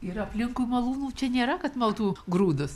ir aplinkui malūnų čia nėra kad maltų grūdus